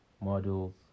models